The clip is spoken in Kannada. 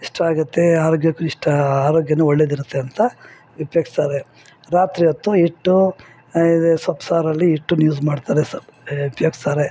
ಇಷ್ಟ ಆಗುತ್ತೆ ಆರೋಗ್ಯಕ್ಕು ಇಷ್ಟ ಆರೋಗ್ಯ ಒಳ್ಳೆದಿರುತ್ತೆ ಅಂತ ಉಪ್ಯೋಗಿಸ್ತಾರೆ ರಾತ್ರಿ ಹೊತ್ತು ಹಿಟ್ಟು ಇದು ಸೊಪ್ಪು ಸಾರಲ್ಲಿ ಹಿಟ್ಟುನ್ ಯೂಸ್ ಮಾಡ್ತಾರೆ ಸ್ ಉಪ್ಯೋಗಿಸ್ತಾರೆ